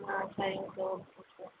ஆ சரிங்க sir okay sir